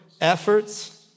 efforts